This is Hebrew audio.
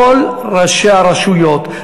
כל ראשי הרשויות,